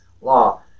law